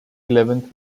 eleventh